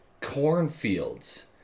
cornfields